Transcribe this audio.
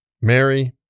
Mary